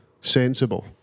sensible